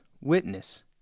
witness